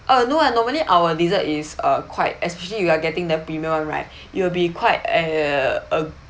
ah no ah normally our dessert is uh quite especially you are getting the premium right it will be quite uh